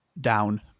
down